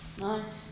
Nice